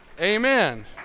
Amen